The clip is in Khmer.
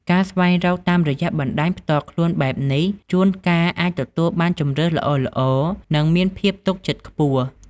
ការស្វែងរកតាមរយៈបណ្ដាញផ្ទាល់ខ្លួនបែបនេះជួនកាលអាចទទួលបានជម្រើសល្អៗ និងមានភាពទុកចិត្តខ្ពស់។